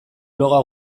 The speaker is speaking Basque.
bloga